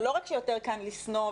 זה לא רק שיותר קל לשנוא,